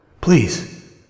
Please